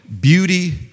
Beauty